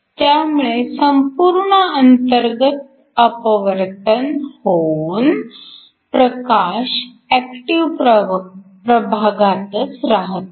त्यामुळे संपूर्ण अंतर्गत अपवर्तन होऊन प्रकाश ऍक्टिव्ह प्रभागातच राहतो